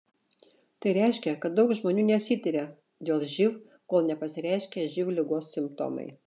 tai reiškia kad daug žmonių nesitiria dėl živ kol nepasireiškia živ ligos simptomai